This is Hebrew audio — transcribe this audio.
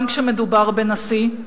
גם כשמדובר בנשיא.